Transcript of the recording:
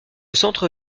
centre